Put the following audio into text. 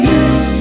use